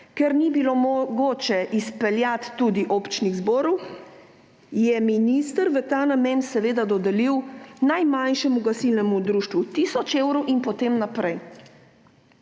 ker ni bilo mogoče izpeljati tudi občnih zborov, je minister v ta namen dodelil najmanjšemu gasilnemu društvu tisoč evrov in potem naprej.